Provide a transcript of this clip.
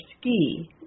Ski